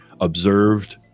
observed